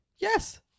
Yes